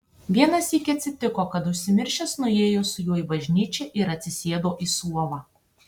vieną sykį atsitiko kad užsimiršęs nuėjo su juo į bažnyčią ir atsisėdo į suolą